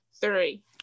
three